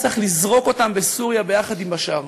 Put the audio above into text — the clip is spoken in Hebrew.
צריך לזרוק אותם בסוריה, יחד עם השאר.